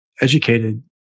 educated